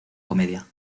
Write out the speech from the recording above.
comedia